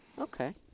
Okay